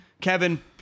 Kevin